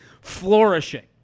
flourishing